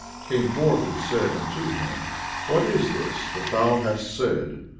came forth and said unto him what is this that thou hast said,